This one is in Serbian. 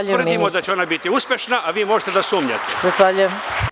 Mi tvrdimo da će ona biti uspešna, a vi možete da sumnjate.